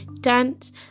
dance